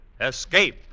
Escape